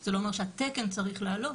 זה לא אומר שהתקן צריך לעלות,